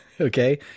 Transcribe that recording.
Okay